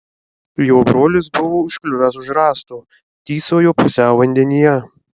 jo brolis buvo užkliuvęs už rąsto tysojo pusiau vandenyje